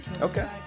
Okay